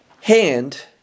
hand